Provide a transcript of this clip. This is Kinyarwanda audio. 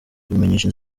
kubimenyesha